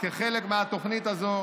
כחלק מהתוכנית הזאת